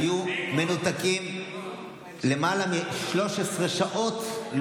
היו מנותקים למעלה מ-13 שעות,